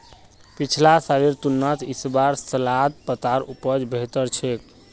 पिछला सालेर तुलनात इस बार सलाद पत्तार उपज बेहतर छेक